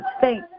thank